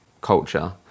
culture